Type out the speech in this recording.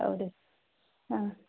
औ दे